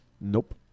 Nope